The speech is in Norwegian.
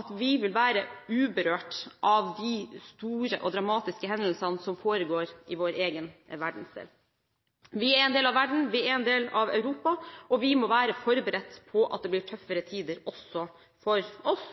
at vi vil være uberørt av de store og dramatiske hendelsene som foregår i vår egen verdensdel. Vi er en del av verden, vi er en del av Europa, og vi må være forberedt på at det blir tøffere tider også for oss.